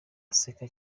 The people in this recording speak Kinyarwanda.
aseka